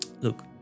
Look